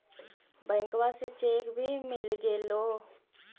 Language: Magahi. बैंकवा से चेक भी मिलगेलो?